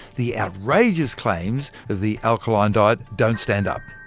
the outrageous claims of the alkaline diet don't stand up.